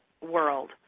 world